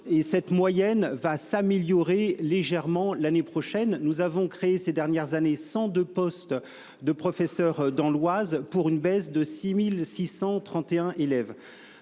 et cette moyenne va s'améliorer légèrement l'année prochaine nous avons créé ces dernières années sans de postes de professeurs dans l'Oise pour une baisse de 6631 élèves